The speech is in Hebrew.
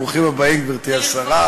ברוכים הבאים, גברתי השרה.